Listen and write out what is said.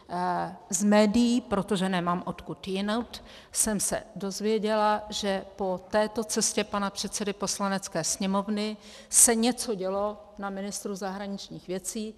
Z médií, protože nemám odkud jinak, jsem se dozvěděla, že po této cestě pana předsedy Poslanecké sněmovny se něco dělo na Ministerstvu zahraničních věcí.